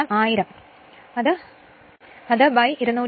2 1000 220 ആണ്